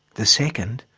the second,